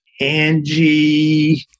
Angie